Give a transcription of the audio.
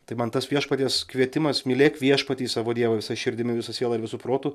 tai man tas viešpaties kvietimas mylėk viešpatį savo dievą visa širdimi visa siela ir visu protu